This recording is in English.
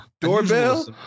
Doorbell